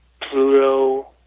Pluto